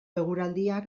eguraldiak